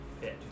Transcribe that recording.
fit